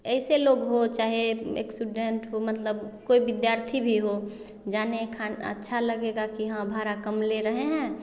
ऐसे लोग हो चाहें स्टूडेंट हो मतलब कोई विद्यार्थी भी हो जाने खाने अच्छा लगेगा की ह भाड़ा कम ले रहे हैं